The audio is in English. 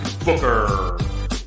booker